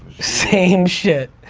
same shit.